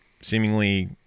seemingly